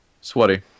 Sweaty